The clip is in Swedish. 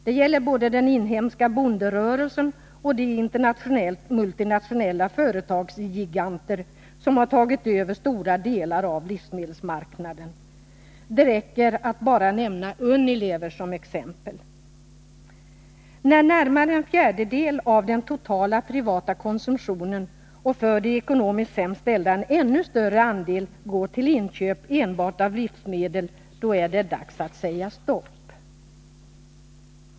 Det gäller både den inhemska bonderörelsen och de internationellt multinationella företagsgiganter som har tagit över stora delar av livsmedelsmarknaden. Det räcker att bara nämna Unilever som ett exempel. När närmare en fjärdedel av den totala privata konsumtionen och för de ekonomiskt ställda en ännu större andel går till inköp enbart av livsmedel, då är det dags att säga stopp.